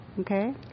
Okay